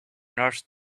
nurse